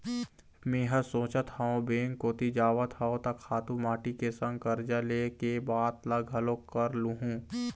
मेंहा सोचत हव बेंक कोती जावत हव त खातू माटी के संग करजा ले के बात ल घलोक कर लुहूँ